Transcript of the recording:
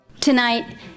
Tonight